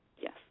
Yes